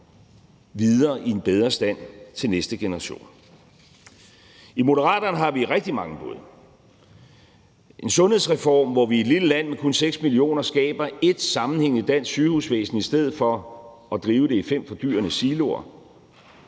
videre i bedre stand til næste generation. I Moderaterne har vi rigtig mange bud. Det er en sundhedsreform, hvor vi i et lille land med kun 6 millioner indbyggere skaber et sammenhængende dansk sygehusvæsen i stedet for at drive det i fem fordyrende siloer;